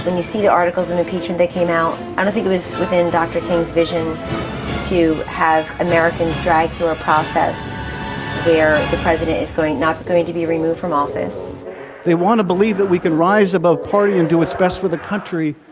and you see the articles of impeachment, they came out and i think it was within dr. king's vision to have americans dragged through a process where the president is going not going to be removed from office they want to believe that we can rise above party and do what's best for the country.